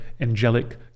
angelic